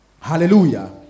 Hallelujah